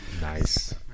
Nice